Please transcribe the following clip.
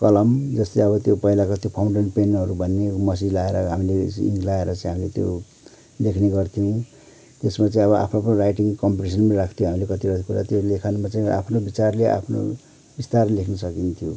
कलम जस्तै अब त्यो पहिलाको त्यो फाउन्टेन पेनहरू भन्ने मसी लाएर हामीले इङ्क लाएर चाहिँ हामीले त्यो लेख्ने गर्थ्यौँ त्यसमा चाहिँ अब आफ्नो आफ्नो राइटिङ कम्पिटिसन् पनि राख्थ्यौँ हामीले कतिवटा कुरा त्यो लेखनमा चाहिँ आफ्नो बिचारले आफ्नो बिस्तारले लेख्नु सकिन्थ्यो